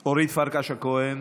אורית פרקש-הכהן,